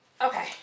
Okay